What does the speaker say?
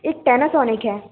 एक पैनासॉनिक है